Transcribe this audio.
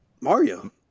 Mario